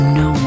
no